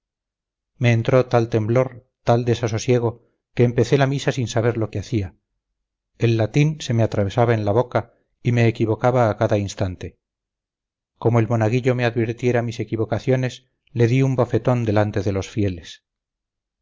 me entró tal temblor tal desasosiego que empecé la misa sin saber lo que hacía el latín se me atravesaba en la boca y me equivocaba a cada instante como el monaguillo me advirtiera mis equivocaciones le di un bofetón delante de los fieles